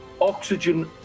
oxygen